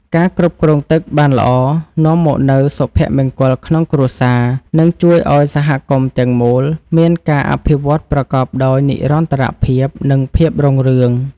ការគ្រប់គ្រងទឹកបានល្អនាំមកនូវសុភមង្គលក្នុងគ្រួសារ និងជួយឱ្យសហគមន៍ទាំងមូលមានការអភិវឌ្ឍប្រកបដោយនិរន្តរភាព និង ភាពរុងរឿង។